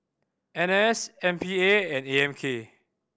N S M P A and A M K